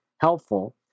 helpful